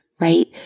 right